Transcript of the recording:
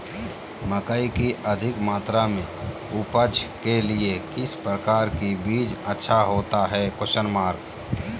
मकई की अधिक मात्रा में उपज के लिए किस प्रकार की बीज अच्छा होता है?